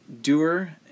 doer